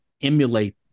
emulate